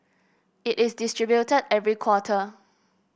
it is distributed every quarter